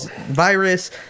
virus